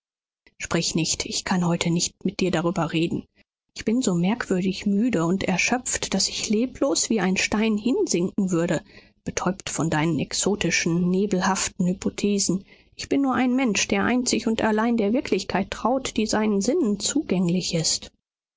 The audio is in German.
sprich nicht ich kann heute nicht mit dir darüber reden ich bin so merkwürdig müde und erschöpft daß ich leblos wie ein stein hinsinken würde betäubt von deinen exotischen nebelhaften hypothesen ich bin nur ein mensch der einzig und allein der wirklichkeit traut die seinen sinnen zugänglich ist